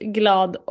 glad